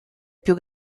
più